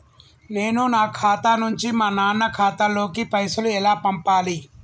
నేను నా ఖాతా నుంచి మా నాన్న ఖాతా లోకి పైసలు ఎలా పంపాలి?